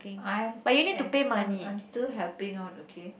I'm at I'm I'm still helping on okay